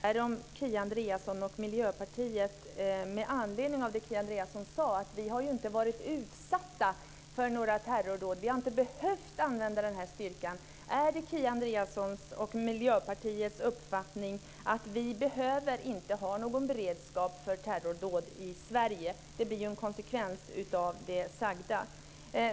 Fru talman! Min följdfråga när det gäller Nationella insatsstyrkan handlar om det som Kia Andreasson sade om att vi inte har varit utsatta för några terrordåd. Vi har inte behövt använda den här styrkan. Är det Kia Andreassons och Miljöpartiets uppfattning att vi inte behöver ha någon beredskap för terrordåd i Sverige? Det blir ju en konsekvens av det sagda.